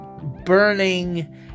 burning